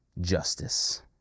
justice